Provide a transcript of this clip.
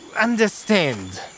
understand